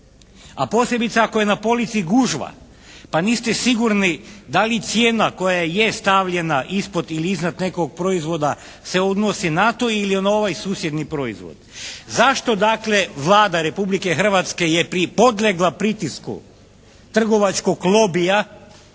A posebice ako je na polici gužva, pa niste sigurni da li cijena koja je stavljena ispod ili iznad nekog proizvoda se odnosi na tu ili na ovaj susjedni proizvod. Zašto dakle Vlada Republike Hrvatske je pri podlegla pritisku trgovačkog lobija